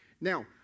Now